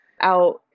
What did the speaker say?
out